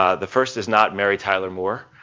ah the first is not mary tyler moore,